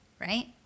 right